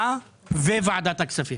ושל ועדת הכספים.